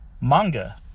manga